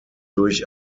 durch